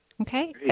Okay